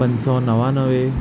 पंज सौ नवानवे